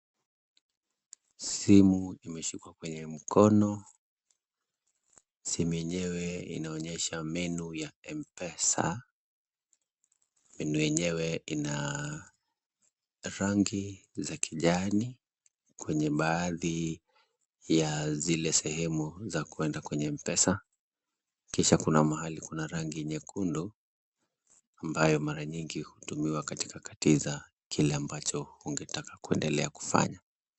Simu imeshikwa kwenye mkono. Simu yenyewe inaonyesha menu ya M-Pesa. Menu yenyewe ina rangi za kijani kwenye baadhi ya zile sehemu za kwenda kwenye M-Pesa, kisha kuna mahali kuna rangi nyekundu, ambayo mara mingi hutumiwa katika katiza kile ambacho ungetaka kuendelea kufanya.